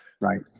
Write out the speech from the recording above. right